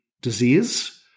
disease